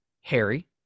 Harry